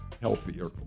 healthier